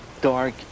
dark